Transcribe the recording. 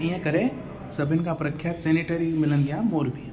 ईअं करे सभिनि खां प्रख्यात सेनेटरी मिलंदी आहे मोर्बीअ में